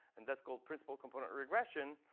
and that's called principal component regression,